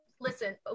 listen